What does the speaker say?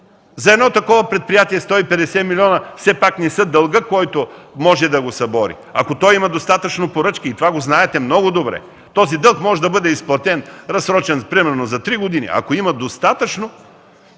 За едно такова предприятие 150 милиона все пак не са дългът, който може да го събори, ако то има достатъчно поръчки. И това го знаете много добре! Този дълг може да бъде изплатен, разсрочен, примерно, за три години, ако има достатъчно